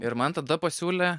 ir man tada pasiūlė